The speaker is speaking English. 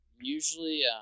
usually